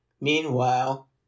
Meanwhile